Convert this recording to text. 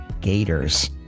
gators